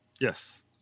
Yes